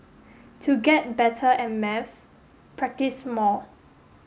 to get better at maths practise more